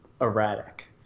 erratic